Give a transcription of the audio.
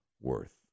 worth